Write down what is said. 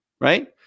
Right